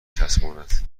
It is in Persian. چسباند